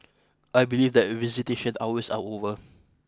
I believe that visitation hours are over